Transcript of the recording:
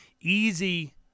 easy